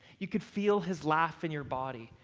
you could feel his laugh in your body,